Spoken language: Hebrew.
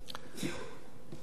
אדוני היושב-ראש,